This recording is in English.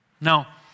Now